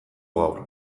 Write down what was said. gaur